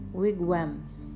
wigwams